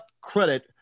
credit